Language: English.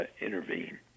intervene